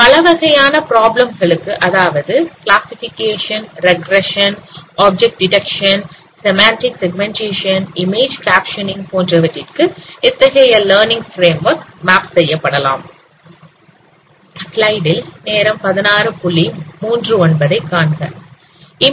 பலவகையான பிராப்ளம் களுக்கு அதாவது classification regression object detection semantic segmentation image captioning போன்றவற்றிற்கு இத்தகைய லர்ன்ங் பிரேம்வொர்க் மேப் செய்யப்படலாம்